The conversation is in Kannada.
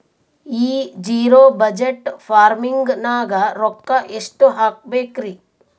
ಈ ಜಿರೊ ಬಜಟ್ ಫಾರ್ಮಿಂಗ್ ನಾಗ್ ರೊಕ್ಕ ಎಷ್ಟು ಹಾಕಬೇಕರಿ?